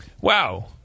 Wow